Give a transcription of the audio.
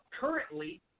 currently